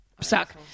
Suck